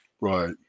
Right